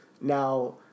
now